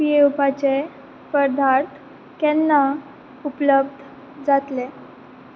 पियेवपाचे पदार्थ केन्ना उपलब्ध जातले